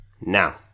Now